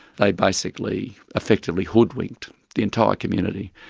they basically effectively hoodwinked the entire community.